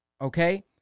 okay